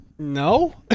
No